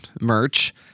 merch